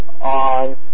on